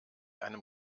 einem